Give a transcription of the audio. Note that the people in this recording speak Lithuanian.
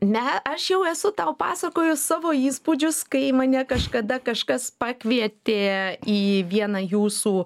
ne aš jau esu tau pasakojus savo įspūdžius kai mane kažkada kažkas pakvietė į vieną jūsų